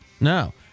No